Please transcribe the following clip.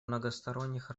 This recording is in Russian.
многосторонних